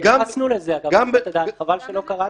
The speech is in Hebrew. -- התייחסנו לזה, חבל שלא קראת.